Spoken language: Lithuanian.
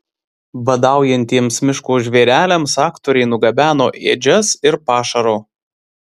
badaujantiems miško žvėreliams aktoriai nugabeno ėdžias ir pašaro